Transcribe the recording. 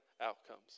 outcomes